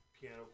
piano